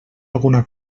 alguna